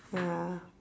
ya